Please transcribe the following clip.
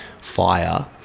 Fire